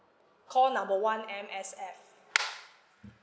call number one M_S_F